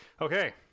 Okay